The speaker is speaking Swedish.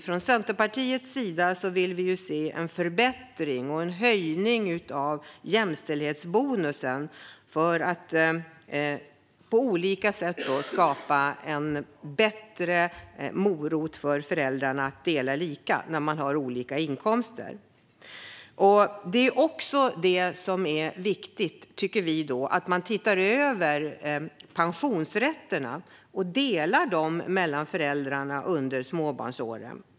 Från Centerpartiets sida vill vi se en höjning av jämställdhetsbonusen som en större morot för föräldrar att dela lika när man har olika inkomster. Det är också viktigt att se över pensionsrätterna så att de delas mellan föräldrarna under småbarnsåren.